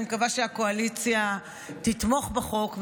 אני מקווה שהקואליציה תתמוך בחוק,